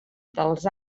dels